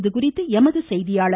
இதுகுறித்து எமது செய்தியாளர்